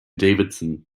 davidson